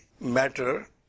matter